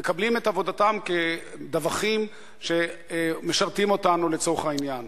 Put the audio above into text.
מקבלים את עבודתם כדווחים שמשרתים אותנו לצורך העניין.